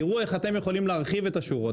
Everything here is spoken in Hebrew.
תראו איך אתם יכולים להרחיב את השורות.